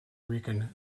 rican